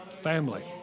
Family